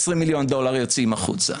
20 מיליון דולר יוצאים החוצה.